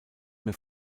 mehr